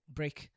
break